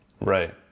right